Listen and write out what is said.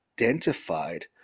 identified